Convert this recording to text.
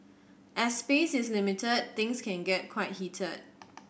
as space is limited things can get quite heated